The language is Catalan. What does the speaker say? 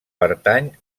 pertany